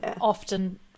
often